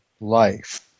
life